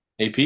AP